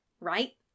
Right